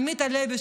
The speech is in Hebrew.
עמית הלוי,